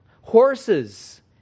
Horses